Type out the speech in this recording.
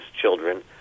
children